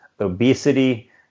obesity